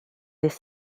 des